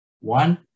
One